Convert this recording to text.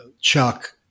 chuck